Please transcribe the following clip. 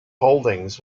holdings